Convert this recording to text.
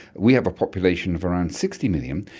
we have a population of around sixty million,